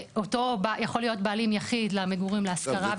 יכול להיות בעלים יחיד למגורים להשכרה,